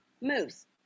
moves